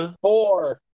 Four